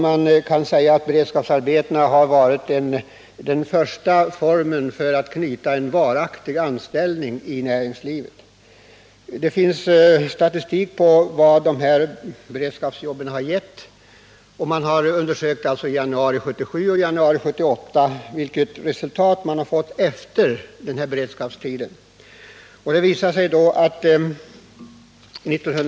Man kan säga att beredskapsarbetena har utgjort inkörsporten när det gällt att skapa varaktiga anställningar inom näringslivet för ungdomarna. Det finns statistik över resultatet av dessa beredskapsarbeten. Man har för januari 1977 och januari 1978 studerat hur många varaktiga anställningar som skapats efter att möjligheten med beredskapsarbete har utnyttjats.